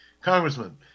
congressman